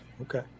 Okay